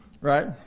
right